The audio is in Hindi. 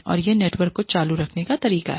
और यह नेटवर्क को चालू रखने का तरीका है